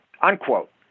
unquote